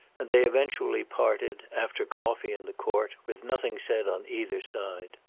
and they eventually parted, after coffee in the court, with nothing said on either side.